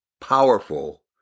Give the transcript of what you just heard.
powerful